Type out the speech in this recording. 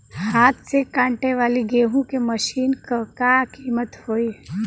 हाथ से कांटेवाली गेहूँ के मशीन क का कीमत होई?